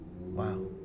wow